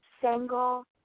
single